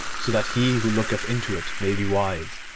so that he who looketh into it may be wise.